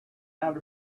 out